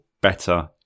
better